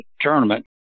tournament